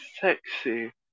sexy